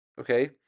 Okay